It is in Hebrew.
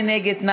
מי נגד?